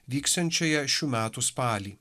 vyksiančioje šių metų spalį